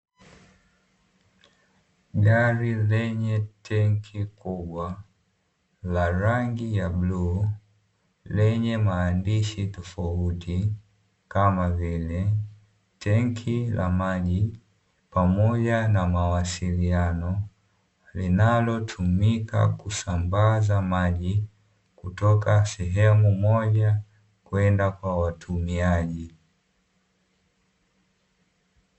Gari lenye tenki kubwa la rangi ya bluu lenye maandishi tofauti kama vile: tenki la maji pamoja na mawasiliano linalotumika kusambaza maji kutoka sehemu moja kwenda kwa watumiaji.